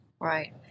Right